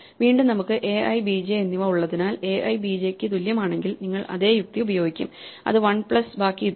വീണ്ടും നമുക്ക് ai bj എന്നിവ ഉള്ളതിനാൽ ai bj ക്ക് തുല്യമാണെങ്കിൽ നിങ്ങൾ അതേ യുക്തി ഉപയോഗിക്കും അത് വൺ പ്ലസ് ബാക്കി ഇത്രയും